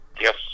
Yes